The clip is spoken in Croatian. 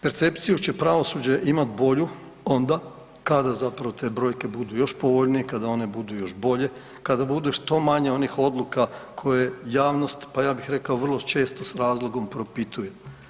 Percepciju će pravosuđe imati bolju onda kada zapravo te brojke budu još povoljnije, kada one budu još bolje, kada bude što manje onih odluka koje javnost, pa ja bih rekao vrlo često sa razlogom propituje.